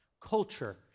Culture